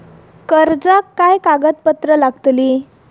कर्जाक काय कागदपत्र लागतली?